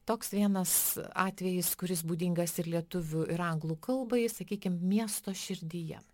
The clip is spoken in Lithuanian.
toks vienas atvejis kuris būdingas ir lietuvių ir anglų kalbai sakykim miesto širdyje